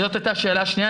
זאת הייתה שאלה שניה,